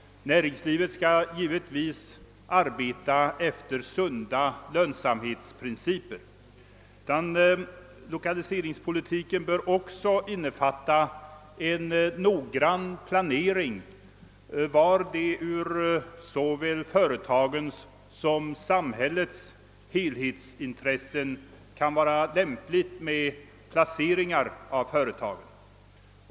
Näringslivet skali givetvis arbeta efter sunda lönsamhetsprinciper. Lokaliseringspolitiken bör också innefatta noggrann planering av var det ur såväl företagens som samhällets helhetsintressen kan vara lämpligt att placera företagen.